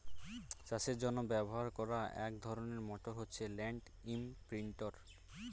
চাষের জন্য ব্যবহার করা এক ধরনের মোটর হচ্ছে ল্যান্ড ইমপ্রিন্টের